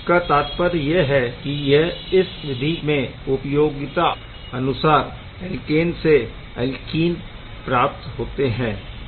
इसका तात्पर्य यह है कि इस विधि में उपयोगिता अनुसार ऐल्केन से ऐल्कीन प्राप्त होते है